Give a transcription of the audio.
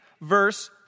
verse